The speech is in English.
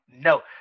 No